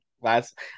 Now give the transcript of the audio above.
last